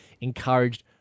encouraged